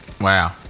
Wow